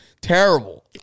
terrible